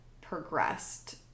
progressed